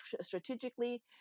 strategically